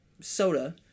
soda